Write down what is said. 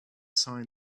sign